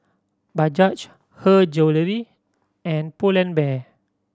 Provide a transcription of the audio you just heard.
Bajaj Her Jewellery and Pull and Bear